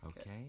Okay